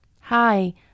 Hi